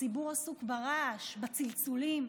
הציבור עסוק ברעש, בצלצולים,